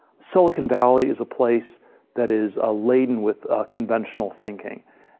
silicon valley is a place that is ah laden with ah conventional thinking.